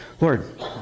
Lord